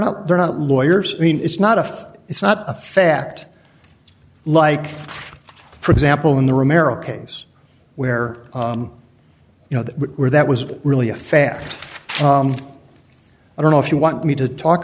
not they're not lawyers i mean it's not a it's not a fact like for example in the remeron case where you know where that was really a fact i don't know if you want me to talk